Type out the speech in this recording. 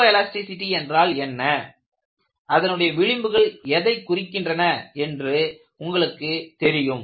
photo elasticity என்றால் என்ன அதனுடைய விளிம்புகள் எதைக் குறிக்கின்றன என்று உங்களுக்கு தெரியும்